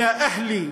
לבסוף,